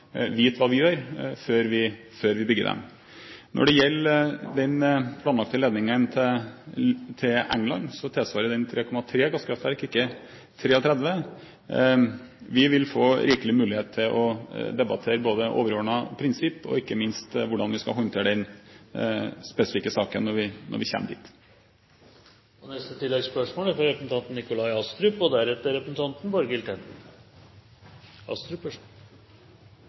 hva vi gjør før vi bygger dem. Når det gjelder den planlagte kabelen til England, tilsvarer den 3,3 gasskraftverk. Vi vil få rikelig mulighet til å debattere både overordnede prinsipp og ikke minst hvordan vi skal håndtere denne spesifikke saken når vi